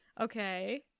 Okay